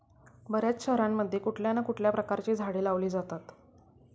बर्याच शहरांमध्ये कुठल्या ना कुठल्या प्रकारची झाडे लावली जातात